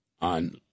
On